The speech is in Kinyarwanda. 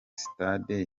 sitade